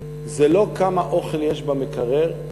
זה לא כמה אוכל יש במקרר,